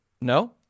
No